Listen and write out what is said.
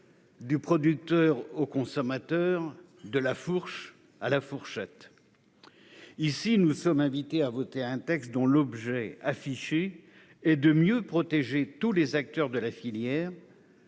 du producteur au consommateur, de la fourche à la fourchette. Nous sommes invités à voter un texte dont l'objet affiché est de mieux protéger tous les acteurs de la filière,